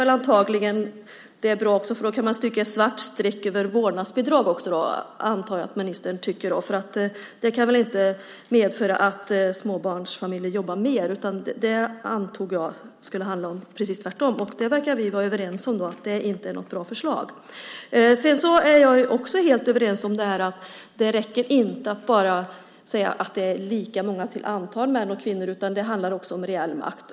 Då antar jag att ministern tycker att man kan stryka ett svart streck över förslaget om vårdnadsbidrag, för det kan väl inte medföra att småbarnsföräldrar jobbar mer, utan jag antar att det skulle bli precis tvärtom. Vi verkar vara överens om att det inte är något bra förslag. Vi är också helt överens om att det inte räcker att det bara är lika många män och kvinnor till antal utan att det också handlar om reell makt.